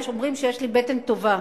אומרים שיש לי בטן טובה.